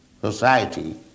society